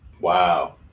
Wow